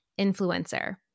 influencer